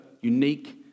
unique